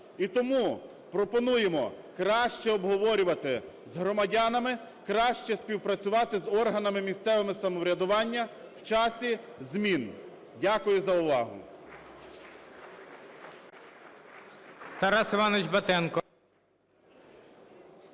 І тому пропонуємо – краще обговорювати з громадянами, краще співпрацювати з органами місцевого самоврядування в часі змін. Дякую за увагу.